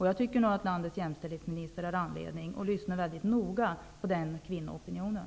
Jag tycker att landets jämställdhetsminister har anledning att lyssna mycket noga till den kvinnoopinionen.